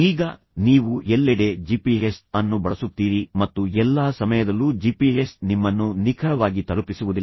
ಈಗ ನೀವು ಎಲ್ಲೆಡೆ ಜಿಪಿಎಸ್ ಅನ್ನು ಬಳಸುತ್ತೀರಿ ಮತ್ತು ಎಲ್ಲಾ ಸಮಯದಲ್ಲೂ ಜಿಪಿಎಸ್ ನಿಮ್ಮನ್ನು ನಿಖರವಾಗಿ ತಲುಪಿಸುವುದಿಲ್ಲ